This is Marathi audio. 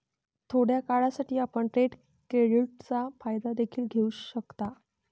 थोड्या काळासाठी, आपण ट्रेड क्रेडिटचा फायदा देखील घेऊ शकता